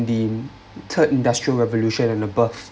the third industrial revolution and above